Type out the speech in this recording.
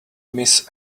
miss